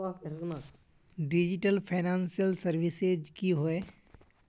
Digital financial services की होय?